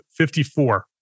54